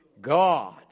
God